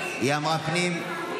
היא אמרה פנים.